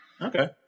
okay